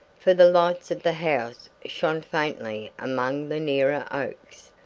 for the lights of the house shone faintly among the nearer oaks.